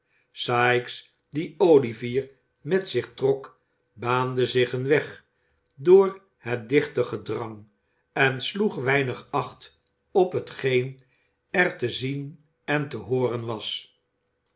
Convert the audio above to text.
sikes die olivier met zich trok baande zich een weg door het dichtste gedrang en sloeg veinig acht op hetgeen er te zien en te hooren was